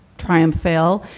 try and fail.